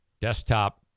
desktop